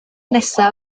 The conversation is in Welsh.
nesa